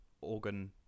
organ